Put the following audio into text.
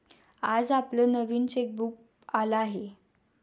आज आपलं नवीन चेकबुक आलं आहे